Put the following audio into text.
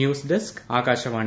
news desk Akashvani